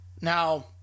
Now